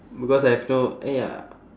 because I have no ya